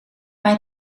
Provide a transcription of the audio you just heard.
mij